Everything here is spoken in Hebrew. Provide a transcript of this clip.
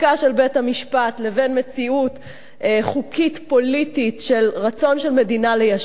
בית-המשפט לבין מציאות חוקית פוליטית של רצון של מדינה ליישב,